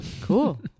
Cool